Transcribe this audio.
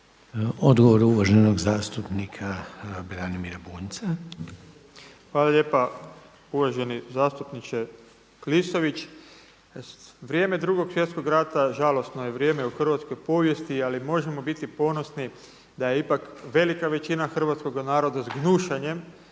Odgovor uvaženog zastupnika Branimira Bunjca. **Bunjac, Branimir (Živi zid)** Hvala lijepa uvaženi zastupniče Klisović. Vrijeme Drugog svjetskog rata žalosno je vrijeme u hrvatskoj povijesti, ali možemo biti ponosni da je ipak velika većina hrvatskoga naroda s gnušanjem